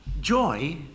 Joy